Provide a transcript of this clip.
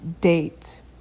date